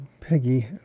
Peggy